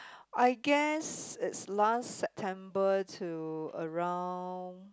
I guess it's last September to around